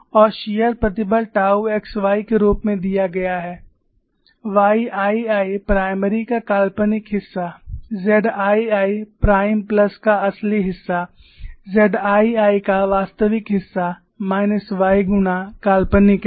और शीयर प्रतिबल tau x y के रूप में दिया गया है YII प्राइमरी का काल्पनिक हिस्सा ZII प्राइम प्लस का असली हिस्सा ZII का वास्तविक हिस्सा माइनस y गुना काल्पनिक है